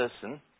person